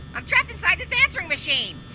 i'm trapped inside this answering machine.